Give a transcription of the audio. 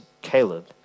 Caleb